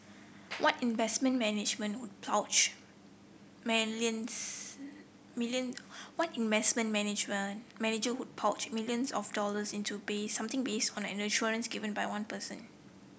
what investment manager would plough million what investment management manager would plough millions of dollars into something based on an assurance given by one person